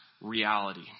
reality